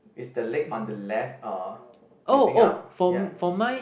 is the leg on the left uh lifting up ya